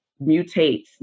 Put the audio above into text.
mutates